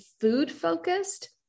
food-focused